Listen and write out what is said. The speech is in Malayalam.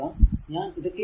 ഞാൻ ഇത് ക്ലീൻ ആക്കുന്നു